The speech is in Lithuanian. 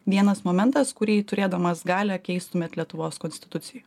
vienas momentas kurį turėdamas galią keistumėt lietuvos konstitucioj